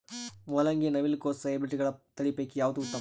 ಮೊಲಂಗಿ, ನವಿಲು ಕೊಸ ಹೈಬ್ರಿಡ್ಗಳ ತಳಿ ಪೈಕಿ ಯಾವದು ಉತ್ತಮ?